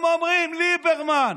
הם אומרים ליברמן,